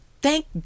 Thank